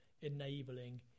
enabling